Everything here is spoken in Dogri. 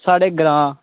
साढ़े ग्रां